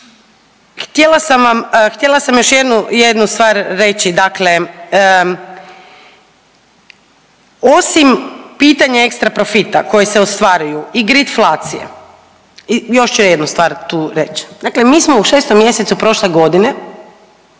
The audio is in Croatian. htjela sam još jednu, jednu stvar reći, dakle osim pitanja ekstra profita koji se ostvaruju i gritflacija, još ću jednu stvar tu reći. Dakle, mi smo u 6. mjesecu prošle godine